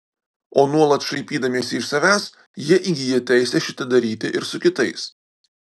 o nuolat šaipydamiesi iš savęs jie įgyja teisę šitą daryti ir su kitais